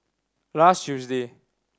last Tuesday